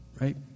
right